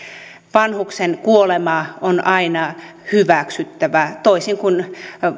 vanhuksen kuolema on aina hyväksyttävä toisin kuin